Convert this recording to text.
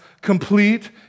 complete